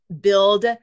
build